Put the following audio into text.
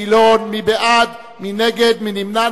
גילאון, מי בעד, מי נגד, מי נמנע?